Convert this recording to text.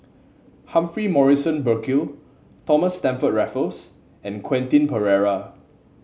Humphrey Morrison Burkill Thomas Stamford Raffles and Quentin Pereira